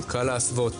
אשמח שתוסיפו לי,